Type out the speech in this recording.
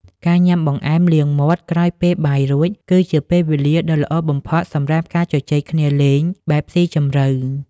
ការញ៉ាំបង្អែមលាងមាត់ក្រោយពេលបាយរួច គឺជាពេលវេលាដ៏ល្អបំផុតសម្រាប់ការជជែកគ្នាលេងបែបស៊ីជម្រៅ។